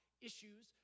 issues